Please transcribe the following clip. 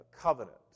covenant